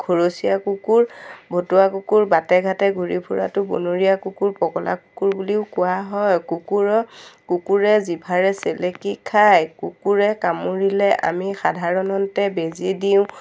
ঘৰচীয়া কুকুৰ ভটুৱা কুকুৰ বাটে ঘাটে ঘূৰি ফুৰাটো বনৰীয়া কুকুৰ পগলা কুকুৰ বুলিও কোৱা হয় কুকুৰ' কুকুৰে জিভাৰে চেলেকি খায় কুকুৰে কামুৰিলে আমি সাধাৰণতে বেজী দিওঁ